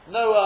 no